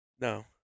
No